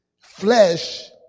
flesh